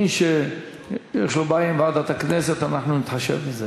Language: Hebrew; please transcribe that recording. מי שיש לו בעיה בגלל ועדת הכנסת, אנחנו נתחשב בזה.